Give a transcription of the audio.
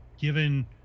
given